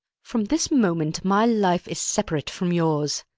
from this moment my life is separate from yours.